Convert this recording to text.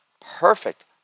perfect